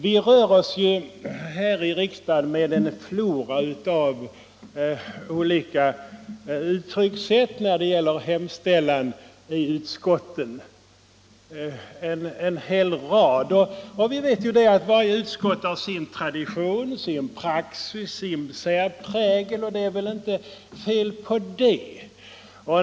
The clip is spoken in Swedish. Vi rör oss ju här i riksdagen med en flora av uttryckssätt när det gäller hemställan i utskottsbetänkandena. Vi vet att varje utskott har sin tradition, sin praxis, sin särprägel, och det är väl inget fel på det.